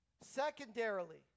Secondarily